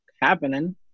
happening